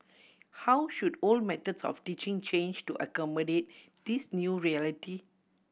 how should old methods of teaching change to accommodate this new reality